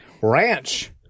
Ranch